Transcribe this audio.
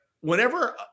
whenever